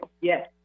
Yes